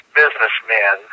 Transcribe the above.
businessmen